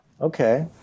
Okay